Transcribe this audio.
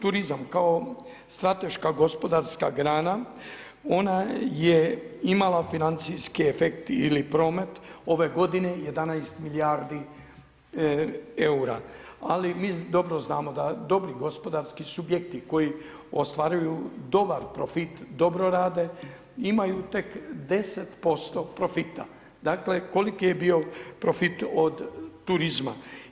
Turizam kao strateška gospodarska grana, ona je imala financijski efekt ili promet, ove godine 11 milijardi eura, ali mi dobro znamo da dobri gospodarski subjekti koji ostvaruju dobar profit, dobro rade, imaju tek 10% profita, dakle, koliko je bio profit od turizma.